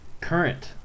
current